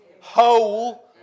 whole